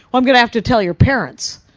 i'm going to have to tell your parents.